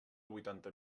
vuitanta